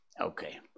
Okay